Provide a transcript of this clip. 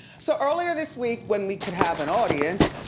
so earlier this week, when we could have an audience,